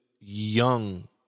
young